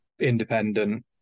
independent